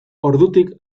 ordutik